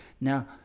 now